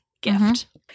gift